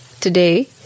Today